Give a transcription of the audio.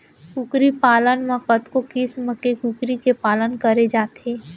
कुकरी पालन म कतको किसम के कुकरी के पालन करे जाथे